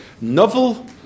Novel